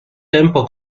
tempo